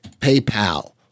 PayPal